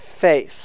face